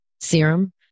serum